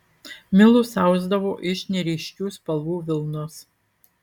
milus ausdavo iš neryškių spalvų vilnos